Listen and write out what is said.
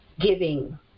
giving